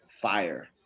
fire